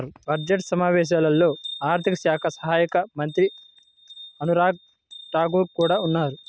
budget సమావేశాల్లో ఆర్థిక శాఖ సహాయక మంత్రి అనురాగ్ ఠాకూర్ కూడా ఉన్నారు